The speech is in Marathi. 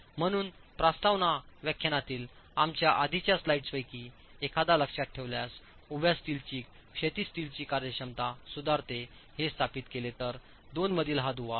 म्हणून प्रस्तावना व्याख्यानातील आमच्या आधीच्या स्लाइड्सपैकी एखादा लक्षात ठेवल्यास उभ्या स्टीलची क्षैतिज स्टीलची कार्यक्षमता सुधारते हे स्थापित केले तर 2 मधील हा दुवा आवश्यक आहे